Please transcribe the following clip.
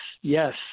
yes